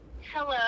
Hello